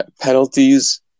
penalties